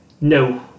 no